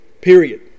period